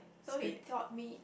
so he taught me